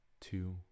two